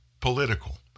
Political